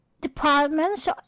departments